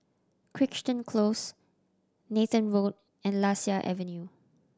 Crichton Close Nathan Road and Lasia Avenue